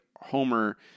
Homer